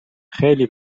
خیلی